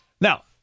Now